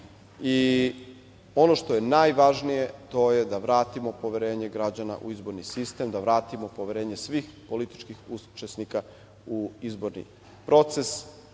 i ono što je najvažnije, to je da vratimo poverenje građana u izborni sistem, da vratimo poverenje svih političkih učesnika u izborni proces.